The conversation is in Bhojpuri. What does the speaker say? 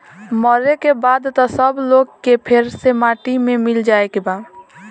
मरे के बाद त सब लोग के फेर से माटी मे मिल जाए के बा